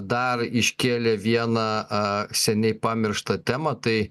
dar iškėlė vieną a seniai pamirštą temą tai